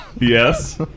yes